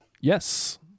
Yes